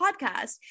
podcast